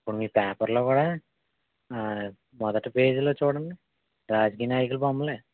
ఇప్పుడు మీ పేపర్లో కూడా మొదటి పేజీలో చూడండి రాజకీయ నాయకుల బొమ్మలే